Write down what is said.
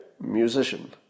Musician